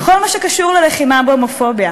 בכל מה שקשור ללחימה בהומופוביה.